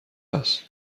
است